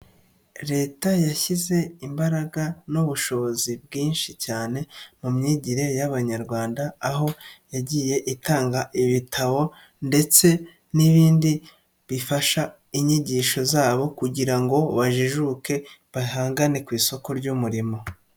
Leta yashyize imbaraga n'ubushobozi bwinshi cyane mu myigire y'Abanyarwanda, aho yagiye itanga ibitabo ndetse n'ibindi bifasha inyigisho zabo kugira ngo bajijuke bahangane ku isoko ry'umurimo.